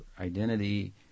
identity